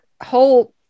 whole